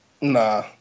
Nah